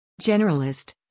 Generalist